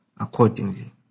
accordingly